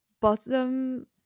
bottom